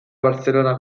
barcellona